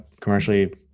commercially